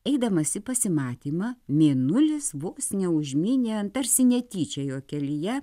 eidamas į pasimatymą mėnulis vos neužmynė ant tarsi netyčia jo kelyje